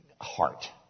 heart